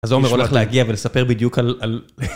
אז עומר הולך להגיע ולספר בדיוק על...על...